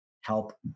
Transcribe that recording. help